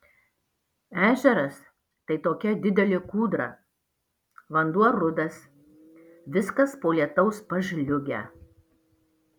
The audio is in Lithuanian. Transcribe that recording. ežeras tai tokia didelė kūdra vanduo rudas viskas po lietaus pažliugę